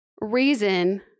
reason